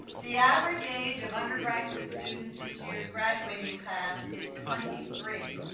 the average age of undergraduate students this year's graduating class is twenty three,